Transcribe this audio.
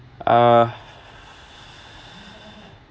err